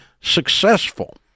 successful